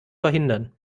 verhindern